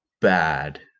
bad